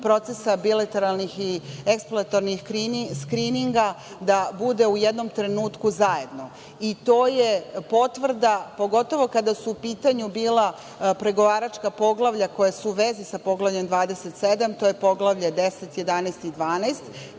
procesa bilateralnih i eksploatornih skrininga, u jednom trenutku zajedno, i to je potvrda, pogotovo kada su u pitanju bila pregovaračka poglavlja koja su u vezi sa Poglavljem 27, a to su poglavlja 10, 11 i 12,